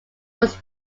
was